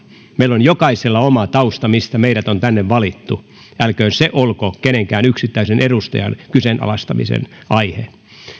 meillä jokaisella on oma taustamme mistä meidät on tänne valittu älköön se olko kenenkään yksittäisen edustajan kyseenalaistamisen aihe